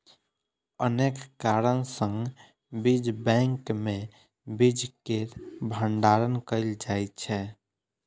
अनेक कारण सं बीज बैंक मे बीज केर भंडारण कैल जाइ छै